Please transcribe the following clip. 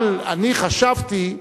אבל אני חשבתי,